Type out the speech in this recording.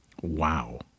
Wow